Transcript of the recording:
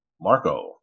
Marco